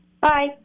Bye